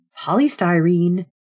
polystyrene